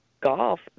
golf